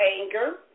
anger